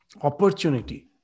opportunity